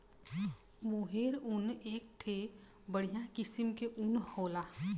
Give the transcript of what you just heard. मोहेर ऊन एक ठे बढ़िया किस्म के ऊन होला